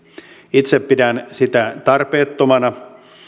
itse pidän sitä tarpeettomana